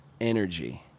energy